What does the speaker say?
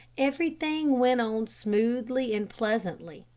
everything went on smoothly and pleasantly,